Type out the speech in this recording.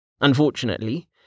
Unfortunately